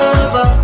over